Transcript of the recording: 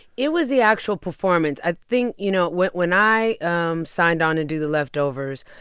it was the actual performance. i think, you know, when when i um signed on to do the leftovers,